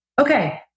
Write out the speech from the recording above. okay